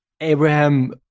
Abraham